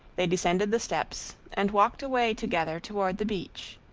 they descended the steps, and walked away together toward the beach.